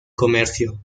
comercio